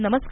नमस्कार